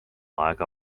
aega